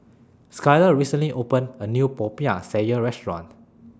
Skyla recently opened A New Popiah Sayur Restaurant